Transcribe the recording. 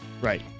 Right